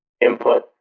input